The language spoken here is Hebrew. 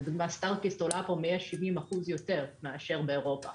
קופסה סטארקיסט עולה פה 170 אחוז יותר מאשר באירופה